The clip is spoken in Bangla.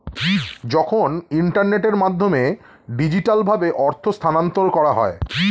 যখন ইন্টারনেটের মাধ্যমে ডিজিটালভাবে অর্থ স্থানান্তর করা হয়